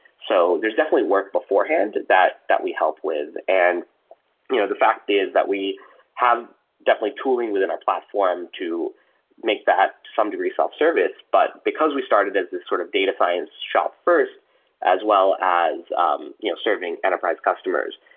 so there's definitely work beforehand that that we help with. and you know the fact is that we have definitely tooling within our platform to make that some degree self-service, but because we started as this sort of data science shop first as well as um you know serving enterprise customers,